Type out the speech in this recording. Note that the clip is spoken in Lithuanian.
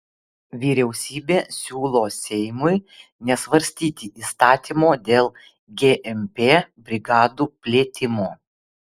vyriausybė siūlo seimui nesvarstyti įstatymo dėl gmp brigadų plėtimo